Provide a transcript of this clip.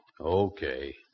Okay